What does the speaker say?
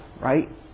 right